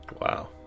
wow